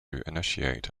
initiate